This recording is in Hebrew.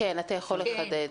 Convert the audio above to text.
כן, אתה יכול לחדד.